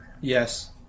Yes